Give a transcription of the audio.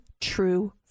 true